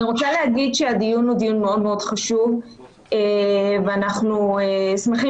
אני רוצה להגיד שהדיון הוא מאוד חשוב ואנחנו שמחים